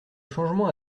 changement